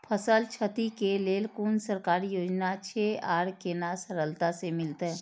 फसल छति के लेल कुन सरकारी योजना छै आर केना सरलता से मिलते?